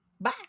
Bye